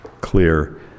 clear